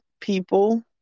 people